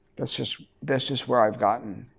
that's just that's just where i've gotten.